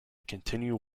continue